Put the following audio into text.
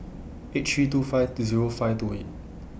eight three two five Zero five two eight